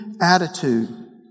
Attitude